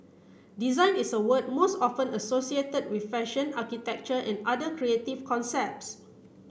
design is a word most often associated with fashion architecture and other creative concepts